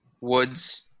Woods